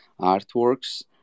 artworks